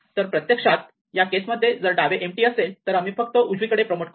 तर प्रत्यक्षात या केस मध्ये जर डावे एम्पटी असेल तर आम्ही फक्त उजवीकडे प्रमोट करू